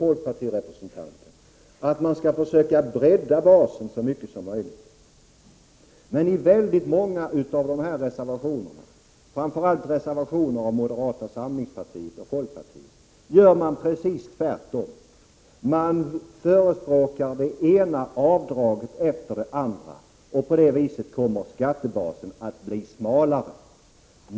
folkpartirepresentanten, överens om att man skall försöka bredda basen så mycket som möjligt. Men i många av dessa reservationer, framför allt reservationer från moderata samlingspartiet och folkpartiet, gör man precis tvärtom. Man förespråkar det ena avdraget efter det andra, och på det sättet kommer skattebasen att bli smalare.